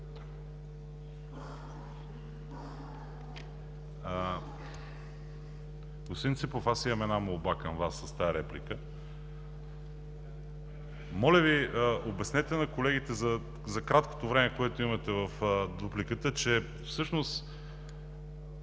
Моля Ви, обяснете на колегите за краткото време, което имате в дупликата, че всъщност